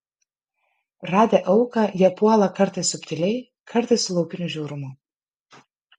radę auką jie puola kartais subtiliai kartais su laukiniu žiaurumu